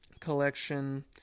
collection